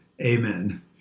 Amen